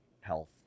health